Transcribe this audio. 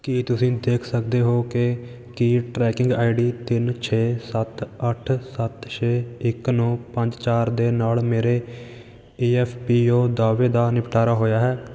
ਕੀ ਤੁਸੀਂ ਦੇਖ ਸਕਦੇ ਹੋ ਕਿ ਕੀ ਟਰੈਕਿੰਗ ਆਈ ਡੀ ਤਿੰਨ ਛੇ ਸੱਤ ਅੱਠ ਸੱਤ ਛੇ ਇੱਕ ਨੌ ਪੰਜ ਚਾਰ ਦੇ ਨਾਲ ਮੇਰੇ ਈ ਐੱਫ ਪੀ ਓ ਦਾਅਵੇ ਦਾ ਨਿਪਟਾਰਾ ਹੋਇਆ ਹੈ